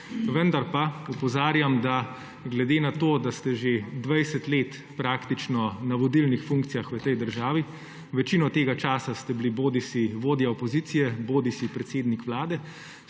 Vendar pa opozarjam, da glede na to, da ste že 20 let praktično na vodilnih funkcijah v tej državi, večino tega časa ste bili bodisi vodja opozicije bodisi predsednik vlade,